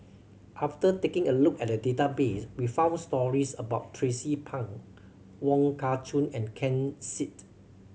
after taking a look at the database we found stories about Tracie Pang Wong Kah Chun and Ken Seet